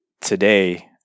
today